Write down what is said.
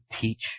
teach